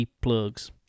plugs